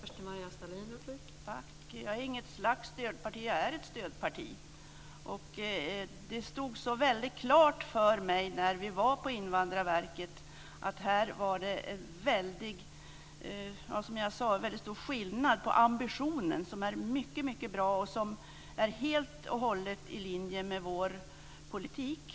Fru talman! Jag är inget slags stödparti, jag är ett stödparti. Det stod väldigt klart för mig när vi var på Invandrarverket att här var det, som jag sade, väldigt stor skillnad på ambitionen. Den är mycket bra och helt och hållet i linje med vår politik.